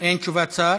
אין תשובת שר?